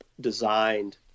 designed